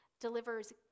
delivers